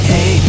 Hey